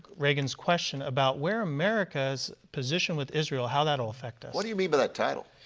reagan's question about where america's position with israel how that will affect us? what do you mean by that title?